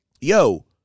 yo